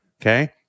okay